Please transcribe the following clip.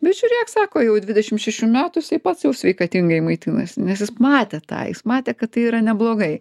bet žiūrėk sako jau dvidešim šešių metų jisai pats jau sveikatingai maitinasi nes jis matė tą jis matė kad tai yra neblogai